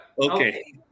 Okay